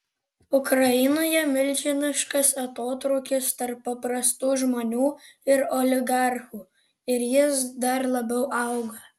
ukrainoje milžiniškas atotrūkis tarp paprastų žmonių ir oligarchų ir jis dar labiau auga